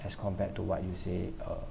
as compared to what you say uh